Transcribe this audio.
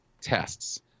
tests